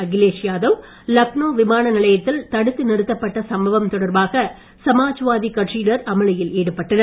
அகிலேஷ் யாதவ் லக்னோ விமான நிலைத்தில் தடுத்து நிறுத்தப்பட்ட சம்பவம் தொடர்பாக சமாஜ்வாதி கட்சியினர் அமளியில் ஈடுபட்டனர்